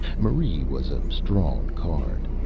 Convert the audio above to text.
marie was a strong card.